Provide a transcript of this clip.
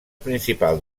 principal